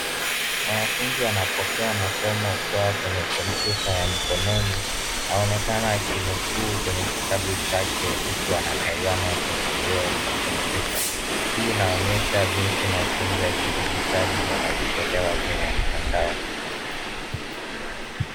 Mwanafunzi anapokea masomo kutoka kwenye kompyuta ya mkononi. Aonekana akinukuu kwenye kitabu chake, huku anatazama kwenye kioo cha kompyuta. Hii inaonyesha jinsi mafunzo ya kidijitali yanavyotolewa kwenye mtandao.